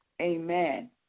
Amen